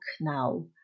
now